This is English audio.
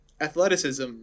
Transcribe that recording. athleticism